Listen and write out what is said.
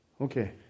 Okay